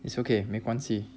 it's okay 没关系